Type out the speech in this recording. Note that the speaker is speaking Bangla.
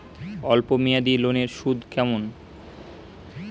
অল্প মেয়াদি লোনের সুদ কেমন?